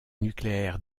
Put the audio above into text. nucléaire